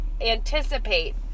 anticipate